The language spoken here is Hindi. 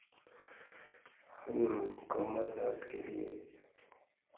हम लोग कमर दर्द के लिए